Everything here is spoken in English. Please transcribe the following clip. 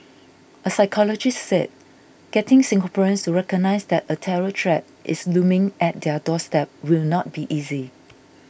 a psychologist said getting Singaporeans recognise that a terror threat is looming at their doorstep will not be easy